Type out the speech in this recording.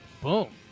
boom